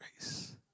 grace